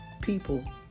people